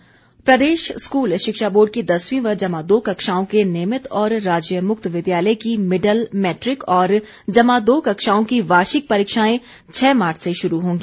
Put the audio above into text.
board प्रदेश school शिक्षा board की दसवीं व जमा दो कक्षाओं के नियमित और राज्य मुक्त विद्यालय की मिडल मैट्रिक और जमा दो कक्षाओं की वार्षिक परीक्षाएं छह मार्च से शुरू होंगी